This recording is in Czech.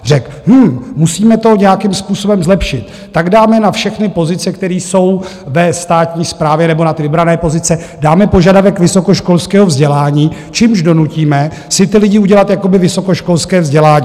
Řekl: Hm, musíme to nějakým způsobem zlepšit, tak dáme na všechny pozice, které jsou ve státní správě, nebo na ty vybrané pozice, dáme požadavek vysokoškolského vzdělání, čímž donutíme ty lidi si udělat jakoby vysokoškolské vzdělání.